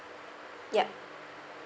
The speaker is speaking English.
yup